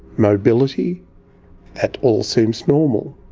mobility that all seems normal.